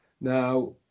Now